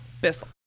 Bissell